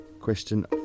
Question